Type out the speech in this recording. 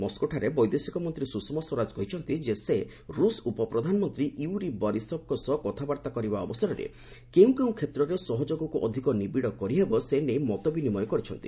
ମସ୍କୋଠାରେ ବୈଦେଶିକ ମନ୍ତ୍ରୀ ସୁଷମା ସ୍ପରାଜ କହିଛନ୍ତି ଯେ ସେ ରୁଷ ଉପପ୍ରଧାନମନ୍ତ୍ରୀ ୟୁରି ବରିସଭ୍ଙ୍କ ସହ କଥାବାର୍ତ୍ତା କରିବା ଅବସରରେ କେଉଁ କ୍ଷେତ୍ରରେ ସହଯୋଗକୁ ଅଧିକ ନିବିଡ କରି ହେବ ସେ ନେଇ ମତ ବିନିମୟ କରିଛନ୍ତି